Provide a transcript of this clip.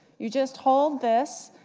you just hold this,